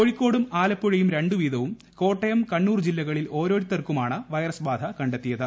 കോഴിക്കോടും ആലപ്പുഴയും രണ്ടു വീതവും കോട്ടയം കണ്ണൂർ ജില്ലകളിൽ ഓരോരുത്തർക്ക് വീതവുമാണ് വൈറസ് ബാധ കണ്ടെത്തിയത്